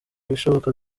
ibishoboka